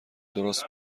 درست